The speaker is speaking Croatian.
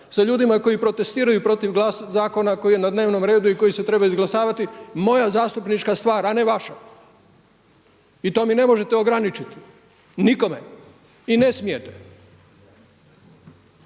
sa ljudima koji protestiraju protiv zakona koji je na dnevnom redu i koji se treba izglasavati moja zastupnička stvar a ne vaša. I to mi ne možete ograničiti, nikome i ne smijete.